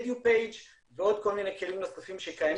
אדיו-פייג' ועוד כל מיני כלים נוספים שקיימים